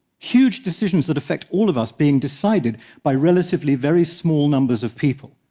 huge decisions that affect all of us being decided by relatively very small numbers of people.